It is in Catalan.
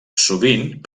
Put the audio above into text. sovint